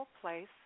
place